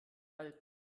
alpen